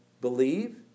believe